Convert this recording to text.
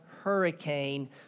hurricane